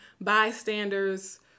bystanders